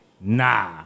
nah